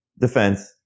defense